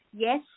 Yes